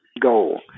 goal